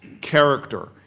character